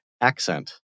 accent